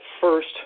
first